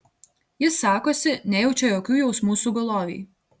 jis sakosi nejaučia jokių jausmų sugulovei